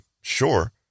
sure